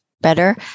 better